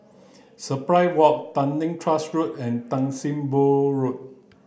Surprise Walk Tanglin Trust Road and Tan Sim Boh Road